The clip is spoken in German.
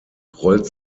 rollt